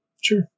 Sure